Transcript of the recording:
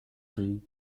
tree